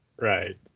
right